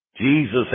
Jesus